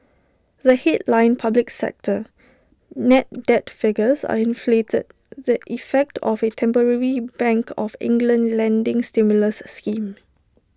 the headline public sector net debt figures are inflated the effect of A temporary bank of England lending stimulus scheme